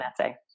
essay